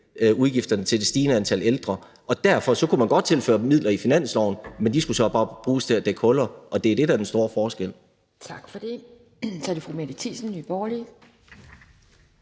udgifterne til det stigende antal ældre. Derfor kunne man godt tilføre midler i finansloven, men de skulle så bare bruges til at dække huller, og det er det, der er den store forskel. Kl. 18:21 Anden næstformand